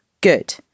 Good